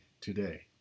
today